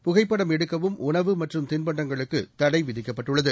புகைப்படம் எடுக்கவும் உணவு மற்றும் தின்பண்டங்களுக்குத் தடைவிதிக்கப்பட்டுள்ளது